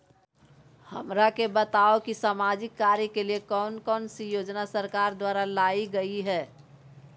हमरा के बताओ कि सामाजिक कार्य के लिए कौन कौन सी योजना सरकार द्वारा लाई गई है?